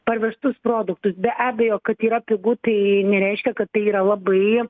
parvežtus produktus be abejo kad yra pigu tai nereiškia kad tai yra labai